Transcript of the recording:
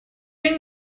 doing